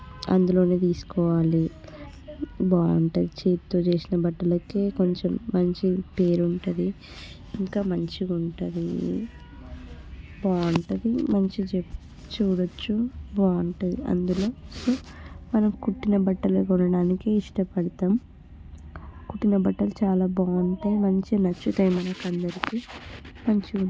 అందులో తీసుకోవాలి బాగుంటుంది చేతితో చేసిన బట్టలకే కొంచెం మంచి పేరు ఉంటుంది ఇంకా మంచిగా ఉంటుంది బాగుంటుంది మంచిగా చూ చూడచ్చు బాగుంటుంది అందులో మనం కుట్టిన బట్టలు కొనడానికి ఇష్టపడతాం కుట్టిన బట్టలు చాలా బాగుంటాయి మంచిగా నచ్చుతాయి మన అందరికీ మంచిగుంటాయి